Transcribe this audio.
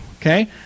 okay